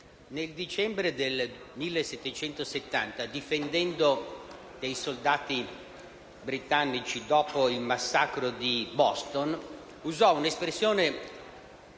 nel dicembre 1770, difendendo dei soldati britannici dopo il massacro di Boston, usò un'espressione